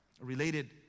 related